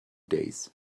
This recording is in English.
days